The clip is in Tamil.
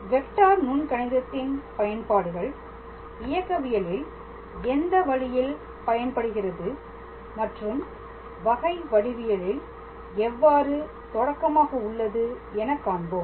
வெக்டார் நுண் கணிதத்தின் பயன்பாடுகள் இயக்கவியலில் எந்த வழியில் பயன்படுகிறது மற்றும் வகை வடிவியலில் எவ்வாறு தொடக்கமாக உள்ளது என காண்போம்